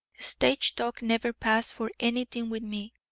stage-talk never passed for anything with me.